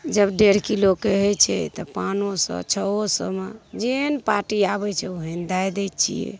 जब डेढ़ किलोके होइ छै तऽ पाँचो सओ छओ सओमे जेहन पार्टी आबै छै ओहन दै दै छिए